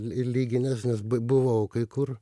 l ir lyginęs nes b buvau kai kur